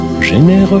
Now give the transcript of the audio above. généreux